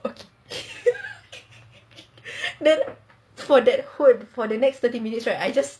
okay then for that next thirty minutes right I just